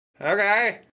Okay